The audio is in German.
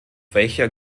welcher